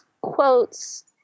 quotes